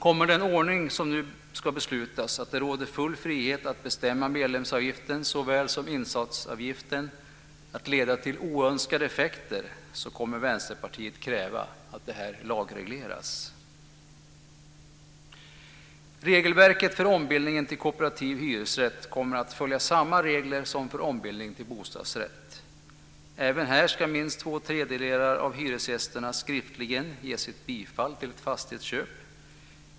Om den ordning som nu ska beslutas, dvs. full frihet att bestämma såväl medlemsavgiften som insatsavgiften, kommer att leda till oönskade effekter, kommer Vänsterpartiet att kräva att detta ska lagregleras. Regelverket för ombildning till kooperativ hyresrätt kommer att följa samma regler som för ombildning till bostadsrätt. Även här ska minst två tredjedelar av hyresgästerna skriftligen ge sitt bifall till fastighetsköp.